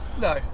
no